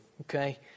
okay